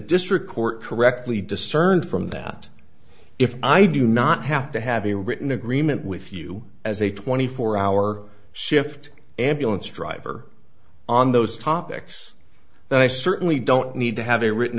district court correctly discerned from that if i do not have to have a written agreement with you as a twenty four hour shift ambulance driver on those topics then i certainly don't need to have a written